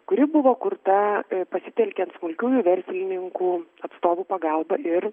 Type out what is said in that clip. kuri buvo kurta pasitelkiant smulkiųjų verslininkų atstovų pagalbą ir